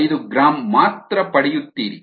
025 gram ಮಾತ್ರ ಪಡೆಯುತ್ತೀರಿ